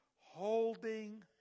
Holding